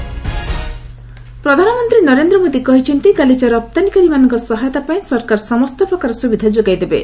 PM carpet ପ୍ରଧାନମନ୍ତ୍ରୀ ନରେନ୍ଦ୍ର ମୋଦି କହିଛନ୍ତି ଗାଲିଚା ରପ୍ତାନୀକାରୀ ମାନଙ୍କ ସହାୟତା ପାଇଁ ସରକାର ସମସ୍ତ ପ୍ରକାରର ସୁବିଧା ଯୋଗାଇଦେବେ